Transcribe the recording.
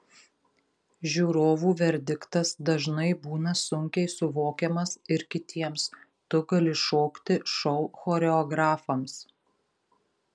žiūrovų verdiktas dažnai būna sunkiai suvokiamas ir kitiems tu gali šokti šou choreografams